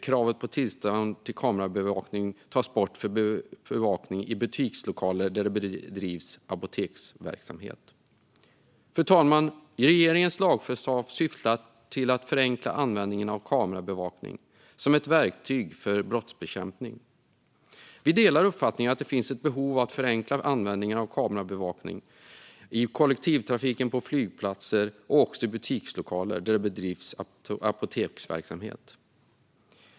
Kravet på tillstånd för kamerabevakning tas även bort vid bevakning i butikslokaler där det bedrivs apoteksverksamhet. Fru talman! Regeringens lagförslag syftar till att förenkla användningen av kamerabevakning som ett verktyg för brottsbekämpning. Vi delar uppfattningen att det finns behov av att förenkla användningen av kamerabevakning i kollektivtrafiken, på flygplatser och i butikslokaler där det bedrivs apoteksverksamhet.